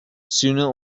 sooner